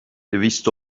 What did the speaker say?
دویست